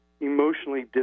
emotionally